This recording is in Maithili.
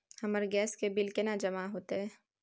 हमर गैस के बिल केना जमा होते?